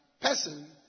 person